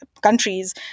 countries